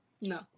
No